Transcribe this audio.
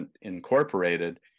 incorporated